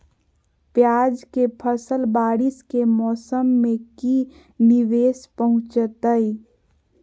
प्याज के फसल बारिस के मौसम में की निवेस पहुचैताई?